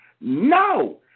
No